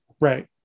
right